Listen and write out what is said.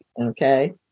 Okay